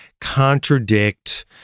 contradict